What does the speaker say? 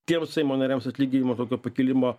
tiems seimo nariams atlyginimo tokio pakilimo